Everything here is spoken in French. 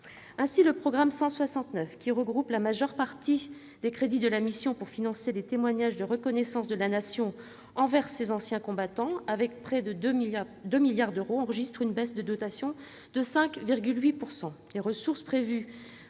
Ainsi, le programme 169 qui regroupe la majeure partie des crédits de la mission pour financer les témoignages de reconnaissance de la Nation envers ses anciens combattants, avec près de 2 milliards d'euros, enregistre une baisse de dotation de 5,8 %.